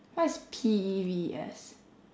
what is P E E V E S